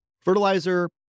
Fertilizer